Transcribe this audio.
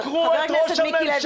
ובאומץ רב חקרו את ראש הממשלה,